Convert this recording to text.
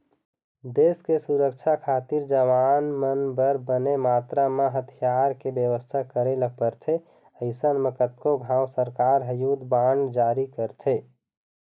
देस के सुरक्छा खातिर जवान मन बर बने मातरा म हथियार के बेवस्था करे ल परथे अइसन म कतको घांव सरकार ह युद्ध बांड जारी करथे